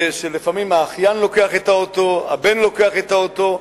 לפעמים האחיין לוקח את האוטו, הבן לוקח את האוטו.